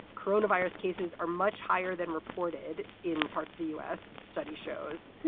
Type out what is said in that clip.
coronavirus cases are much higher than reported in parts of the us study shows.